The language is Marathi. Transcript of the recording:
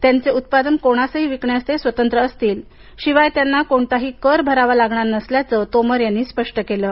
त्यांचे उत्पादन कोणासही विकण्यास स्वतंत्र असतील शिवाय त्यांना कोणताही कर भरावा लागणार नसल्याचं तोमर यांनी स्पष्ट केलं आहे